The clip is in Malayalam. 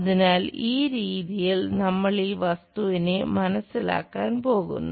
അതിനാൽ ഈ രീതിയിൽ നമ്മൾ ഈ വസ്തുവിനെ മനസ്സിലാക്കാൻ പോകുന്നു